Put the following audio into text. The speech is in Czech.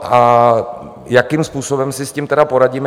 A jakým způsobem si s tím tedy poradíme?